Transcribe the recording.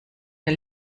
der